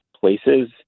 places